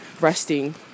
resting